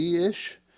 ish